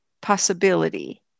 Possibility